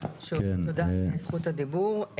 שוב, תודה על זכות הדיבור.